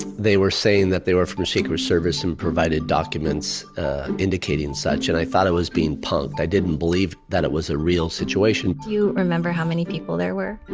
they were saying that they were from secret service and provided documents indicating such, and i thought i was being punked. i didn't believe that it was a real situation do you remember how many people there were?